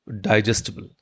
digestible